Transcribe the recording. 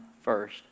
first